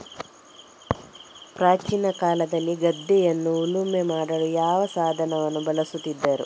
ಪ್ರಾಚೀನ ಕಾಲದಲ್ಲಿ ಗದ್ದೆಯನ್ನು ಉಳುಮೆ ಮಾಡಲು ಯಾವ ಸಾಧನಗಳನ್ನು ಬಳಸುತ್ತಿದ್ದರು?